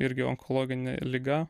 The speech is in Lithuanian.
irgi onkologine liga